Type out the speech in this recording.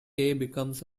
becomes